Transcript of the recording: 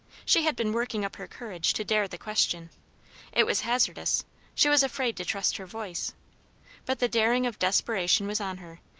she had been working up her courage to dare the question it was hazardous she was afraid to trust her voice but the daring of desperation was on her,